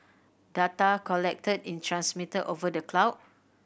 data collected is transmitted over the cloud